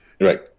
Right